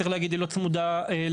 צריך להגיד שהיא לא צמודה לבינוי,